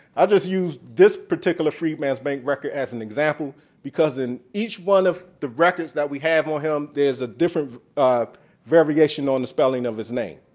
i'll just use this particular freedman's bank record as an example because in each one of the records that we have on him, there's a different variation on the spelling of his name.